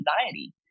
anxiety